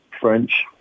French